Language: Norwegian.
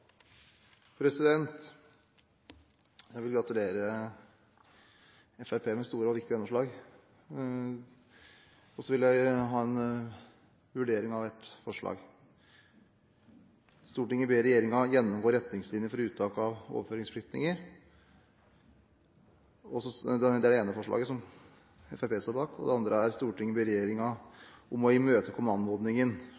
Jeg vil gratulere Fremskrittspartiet med store og viktige gjennomslag. Så vil jeg ha en vurdering av et forslag: «Stortinget ber regjeringen gjennomgå retningslinjer for uttak av overføringsflyktninger …».– Det er det ene forslaget som Fremskrittspartiet er med på. Det andre, som vi har fremmet, er: